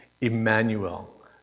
Emmanuel